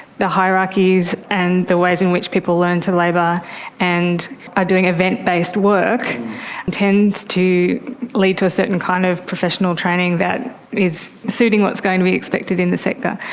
the hierarchies and the ways in which people learn to labour and are doing event-based work tends to lead to a certain kind of professional training that is suiting what's going to be expected in the sector.